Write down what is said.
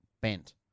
bent